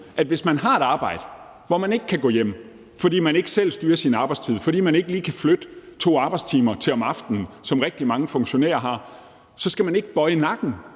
at hvis man har et arbejde, hvor man ikke kan gå hjem, fordi man ikke selv styrer sin arbejdstid og ikke lige kan flytte to arbejdstimer til om aftenen, som rigtig mange funktionærer kan, så skal man ikke bøje nakken,